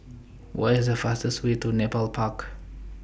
What IS The fastest Way to Nepal Park